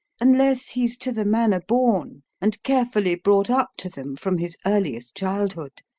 unless he's to the manner born, and carefully brought up to them from his earliest childhood,